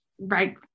right